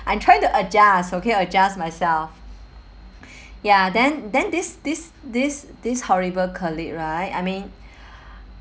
I'm trying to adjust okay adjust myself ya then then this this this this horrible colleague right I mean